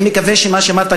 אני מקווה שמה שאמרת,